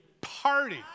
party